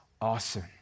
awesome